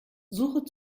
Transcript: suche